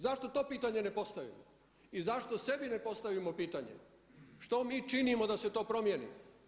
Zašto to pitanje ne postavimo i zašto sebi ne postavimo pitanje, što mi činimo da se to promijeni?